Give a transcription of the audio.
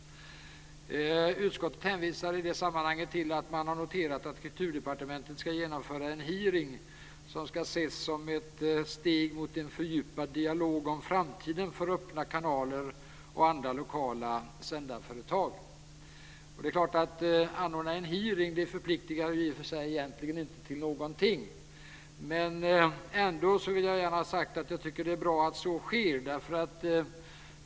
Utskottet hänvisar i det sammanhanget till att man har noterat att Kulturdepartementet ska genomföra en hearing, som ska ses som ett steg mot en fördjupad dialog om framtiden för öppna kanaler och andra lokala sändarföretag. Det är klart att ett anordnande av en hearing i och för sig inte förpliktigar till någonting, men jag vill ändå gärna ha sagt att jag tycker att det är bra att en sådan genomförs.